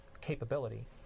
capability